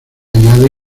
añade